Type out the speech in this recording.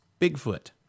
Bigfoot